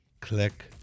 Click